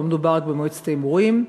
לא מדובר רק במועצת ההימורים,